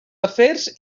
afers